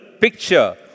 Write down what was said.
picture